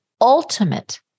ultimate